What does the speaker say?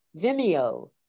Vimeo